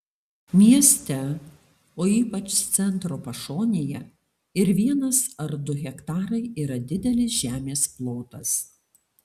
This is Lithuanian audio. mieste o ypač centro pašonėje ir vienas ar du hektarai yra didelis žemės plotas